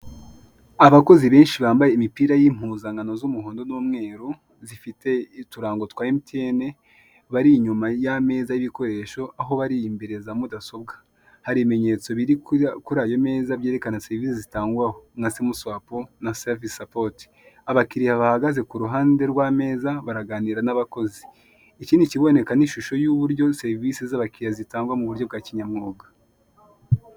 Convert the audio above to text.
Abakozi benshi bambaye imipira y'impuzankano z'umuhondo n'umweru zifite uturango twa MTN bari inyuma yameza y'ibikoresho aho bari imbere yaza mudasobwa hari ibimenyetso biri kuri ayo meza byerekana serivise zitangwa aho nka sim swap na servise support abakiriya bahagaze kuruhande rwa meza baraganira n'abakozi ikindi kiboneka ni inshusho y'uburyo serivise z'abakiriya zitangwa mu buryo bwa kinyamwuga.